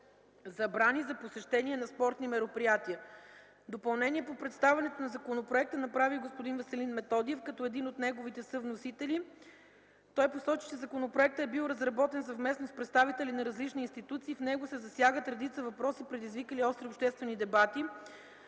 забрани за посещение на спортни мероприятия. Допълнение по представянето на законопроекта направи господин Веселин Методиев като един от неговите съвносители. Той посочи, че законопроектът е бил разработен съвместно с представители на различни институции и в него се засягат редица въпроси, предизвикали остри обществени дебати.